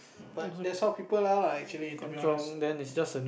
but that's how people are lah actually to be honest